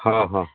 অঁ হয়